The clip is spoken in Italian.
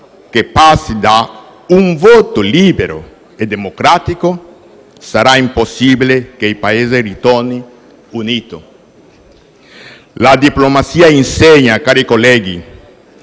che passi da un voto libero e democratico sarà impossibile che il Paese ritorni unito. Cari colleghi,